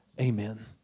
Amen